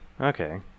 okay